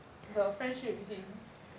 the friendship with him